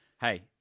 Hey